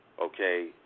Okay